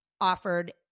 offered